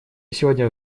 сегодня